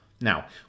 now